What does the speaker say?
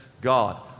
God